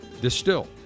distill